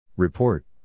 Report